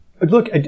Look